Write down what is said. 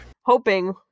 Hoping